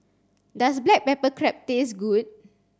does black pepper crab taste good